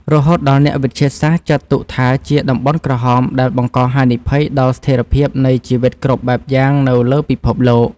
រហូតដល់អ្នកវិទ្យាសាស្ត្រចាត់ទុកថាជាតំបន់ក្រហមដែលបង្កហានិភ័យដល់ស្ថិរភាពនៃជីវិតគ្រប់បែបយ៉ាងនៅលើពិភពលោក។